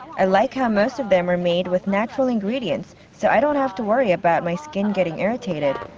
i like how most of them are made with natural ingredients so i don't have to worry about my skin getting irritated.